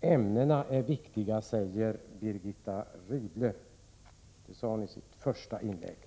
Ämnena är viktiga, sade Birgitta Rydle i sitt första inlägg.